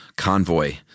Convoy